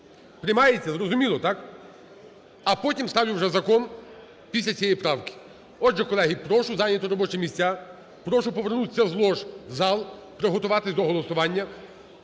Приймається? Зрозуміло, так? А потім ставлю вже закон після цієї правки. Отже, колеги, прошу зайняти робочі місця. Прошу повернутися з лож в зал, приготуватись до голосування.